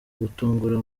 gutungura